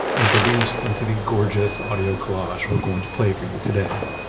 and produced into the gorgeous audio collage we're going to play for you today.